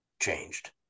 changed